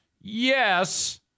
Yes